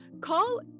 Call